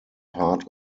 part